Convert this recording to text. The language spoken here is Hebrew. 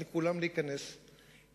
התנאים של כל אנשי צבא-דרום-לבנון שהגיעו אלינו.